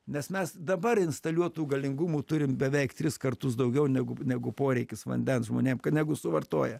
nes mes dabar instaliuotų galingumų turim beveik tris kartus daugiau negu negu poreikis vandens žmonėm kad negu suvartoja